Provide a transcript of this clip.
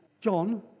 John